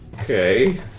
Okay